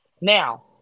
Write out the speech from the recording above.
Now